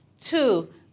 Two